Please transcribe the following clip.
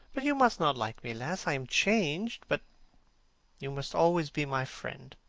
but you must not like me less. i am changed, but you must always be my friend.